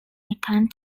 deccan